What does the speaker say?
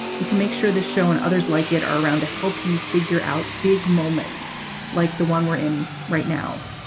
you can make sure the show and others like it are around to help you figure out big moments like the one we're in right now.